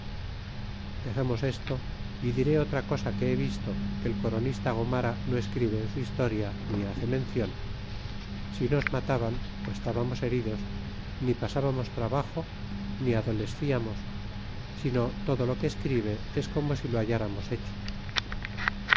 dexemos esto y diré otra cosa que he visto que el coronista gomara no escribe en su historia ni hace mencion si nos mataban estbamos heridos ni pasbamos trabajo ni adolesciatnos sino todo lo que escribe es como si lo halláramos hecho